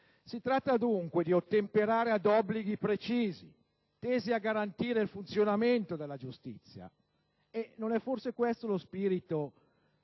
Si tratta, dunque, di ottemperare ad obblighi precisi, tesi a garantire il funzionamento della giustizia. Non è forse questo lo spirito